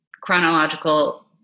chronological